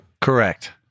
Correct